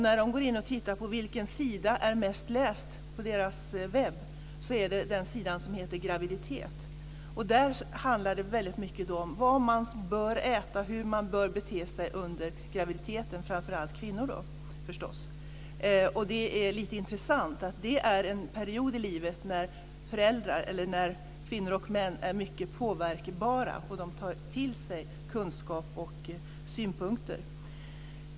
När de går in och tittar på vilken sida på deras webbplats som är mest läst är det den sida som heter Graviditet. Där handlar det väldigt mycket om vad man bör äta och hur man bör bete sig under graviditeten. Det gäller förstås framför allt kvinnor. Det är lite intressant att det är en period i livet då kvinnor och män är mycket påverkbara och tar till sig kunskap och synpunkter.